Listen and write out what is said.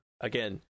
again